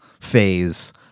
phase